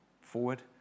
forward